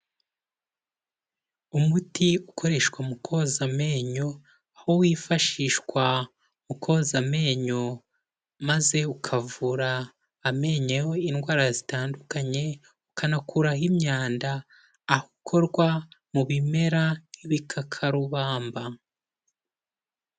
Umuti ukoreshwa mu koza amenyo aho wifashishwa mu koza amenyo maze ukavura amenyo indwara zitandukanye, ukanakuraho imyanda aho ukorwa mu bimera nk'bikakarubamba.